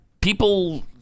people